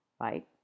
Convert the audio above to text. right